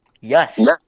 Yes